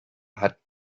hat